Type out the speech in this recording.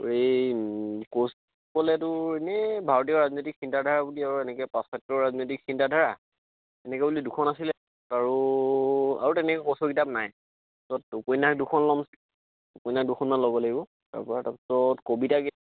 আৰু এই ক'ৰ্চ হ'লেটো এনেই ভাৰতীয় ৰাজনীতিক চিন্তাধাৰা বুলি আৰু এনেকে পাশ্চাত্য ৰাজনীতিক চিন্তাধাৰা এনেকে বুলি দুখন আছিলে আৰু আৰু তেনেকে ক'ৰ্চৰ কিতাপ নাই পাছত উপন্যাস দুখন ল'ম উপন্যাস দুখনমান ল'ব লাগিব তাৰ পৰা তাৰ পিছত কবিতা